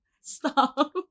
Stop